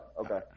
okay